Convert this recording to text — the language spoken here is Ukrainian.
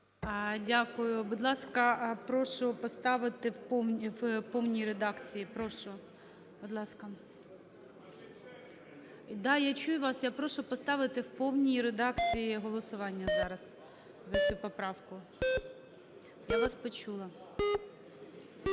Да, я чую вас. Я прошу поставити в повній редакції. Голосування зараз за цю поправку. Я вас почула.